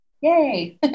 Yay